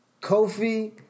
Kofi